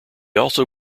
also